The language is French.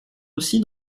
aussi